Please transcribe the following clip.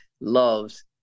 loves